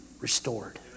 restored